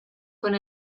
con